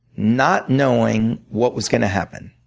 not knowing what was going to happen.